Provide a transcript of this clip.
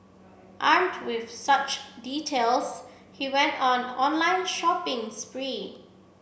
armed with such details he went on online shopping spree